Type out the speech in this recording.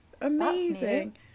Amazing